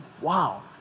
Wow